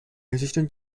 assistant